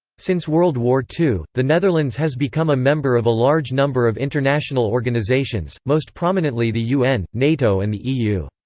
since world war ii, the netherlands has become a member of a large number of international organisations, most prominently the un, nato and the eu.